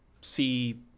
see